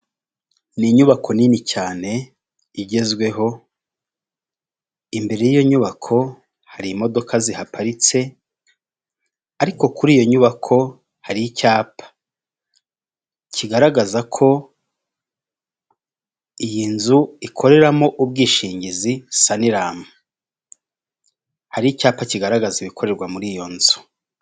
Aha ndahabona ibintu bigiye bitandukanye aho ndimo kubona abantu bagiye batandukanye, imodoka ndetse ndikubona moto zigiye zitandukanye, kandi nkaba ndimo ndabona na rifani zigiye zitandukanye, ndetse kandi nkaba ndimo kuhabona n'umuhanda wa kaburimbo.